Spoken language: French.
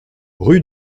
rue